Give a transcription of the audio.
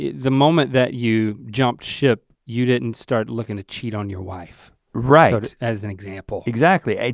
the moment that you jumped ship, you didn't start looking to cheat on your wife. right. as an example. exactly.